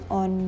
on